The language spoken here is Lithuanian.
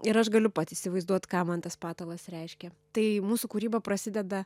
ir aš galiu pats įsivaizduot ką man tas patalas reiškia tai mūsų kūryba prasideda